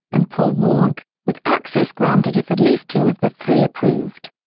and paul warnke, with access granted if at least two of the three approved.